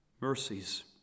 mercies